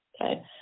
okay